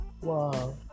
Wow